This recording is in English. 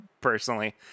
Personally